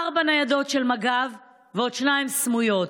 ארבע ניידות של מג"ב ועוד שתיים סמויות.